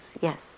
Yes